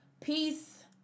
peace